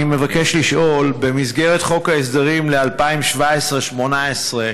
אני מבקש לשאול: במסגרת חוק ההסדרים לשנים 2017 2018,